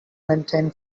maintain